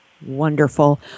Wonderful